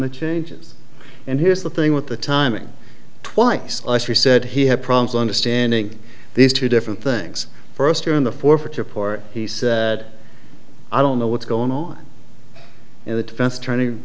the changes and here's the thing with the timing twice i she said he had problems understanding these two different things first during the for her trip or he said i don't know what's going on in the defense attorney